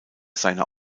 seiner